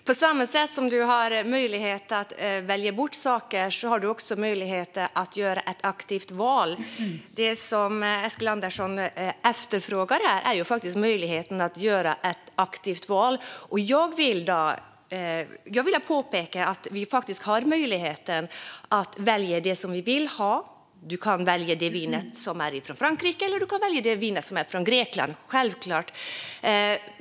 Fru talman! På samma sätt som man har möjlighet att välja bort saker har man också möjlighet att göra ett aktivt val. Det som Eskilandersson efterfrågar här är ju möjligheten att göra ett aktivt val. Jag vill då påpeka att vi faktiskt har möjligheten att välja det som vi vill ha. Man kan självklart välja ett vin som är från Frankrike eller ett vin från Grekland.